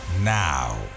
now